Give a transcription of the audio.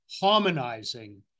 harmonizing